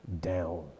down